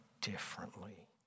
differently